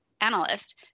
analyst